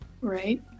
Right